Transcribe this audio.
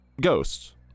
ghosts